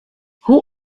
hoe